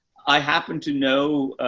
i happen to know,